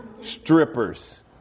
Strippers